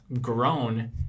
grown